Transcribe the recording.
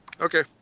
Okay